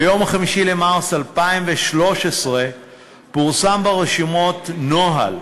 ביום 5 במרס 2013 פורסם ברשומות נוהל,